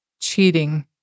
cheating